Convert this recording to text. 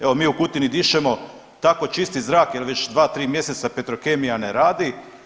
Evo mi u Kutini dišemo tako čisti zrak jer već dva, tri mjeseca Petrokemija ne radi.